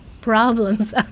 problems